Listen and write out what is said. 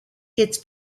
its